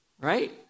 Right